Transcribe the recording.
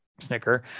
Snicker